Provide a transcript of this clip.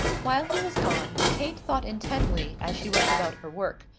while he was gone, kate thought intently as she went about her work.